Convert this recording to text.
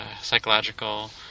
psychological